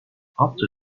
after